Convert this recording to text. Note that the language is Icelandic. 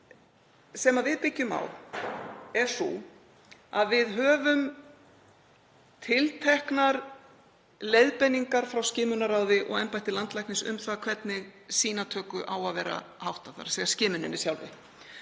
sem við byggjum á er sú að við höfum tilteknar leiðbeiningar frá skimunarráði og embætti landlæknis um það hvernig sýnatöku á að vera háttað, þ.e. skimuninni sjálfri.